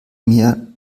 mir